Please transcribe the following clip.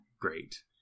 great